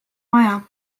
maja